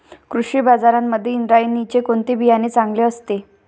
कृषी बाजारांमध्ये इंद्रायणीचे कोणते बियाणे चांगले असते?